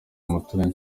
umuturanyi